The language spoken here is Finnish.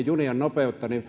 junien nopeutta